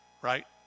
right